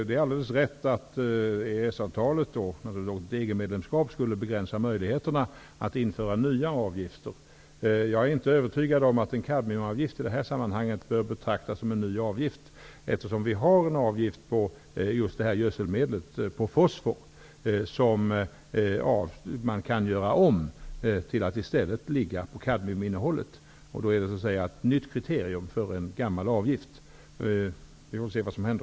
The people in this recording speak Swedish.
Det är alldeles riktigt att EES-avtalet och ett EG medlemskap skulle begränsa möjligheterna att införa nya avgifter. Jag är inte övertygad om att en kadmiumavgift i detta sammanhang bör betraktas som en ny avgift, eftersom vi har en avgift på just detta gödselmedel, på fosfor, som man kan göra om till att i stället ligga på kadmiuminnehållet. Då är det så att säga ett nytt kriterium för en gammal avgift. Vi får se vad som händer.